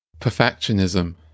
Perfectionism